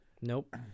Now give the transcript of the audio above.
Nope